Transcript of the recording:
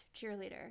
cheerleader